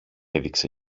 έδειξε